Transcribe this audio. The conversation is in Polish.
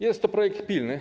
Jest to projekt pilny.